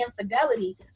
infidelity